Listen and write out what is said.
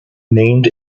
named